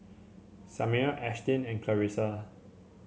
Samir Ashtyn and Clarissa